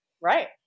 Right